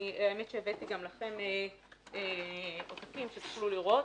והאמת היא שהבאתי גם לכם עותקים כדי שתוכלו לראות.